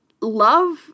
love